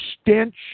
stench